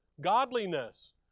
Godliness